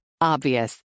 Obvious